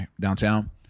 downtown